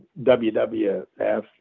WWF